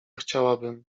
chciałabym